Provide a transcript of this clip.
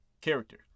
Character